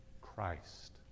Christ